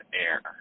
Air